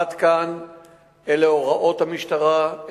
עד כאן אלה הוראות המשטרה,